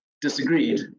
disagreed